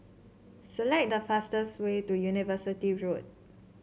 select the fastest way to University Road